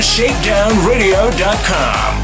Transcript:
ShakedownRadio.com